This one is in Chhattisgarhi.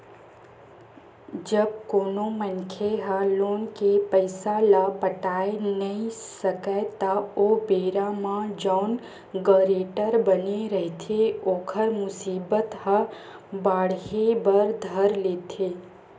जब कोनो मनखे ह लोन के पइसा ल पटाय नइ सकय त ओ बेरा म जउन गारेंटर बने रहिथे ओखर मुसीबत ह बाड़हे बर धर लेथे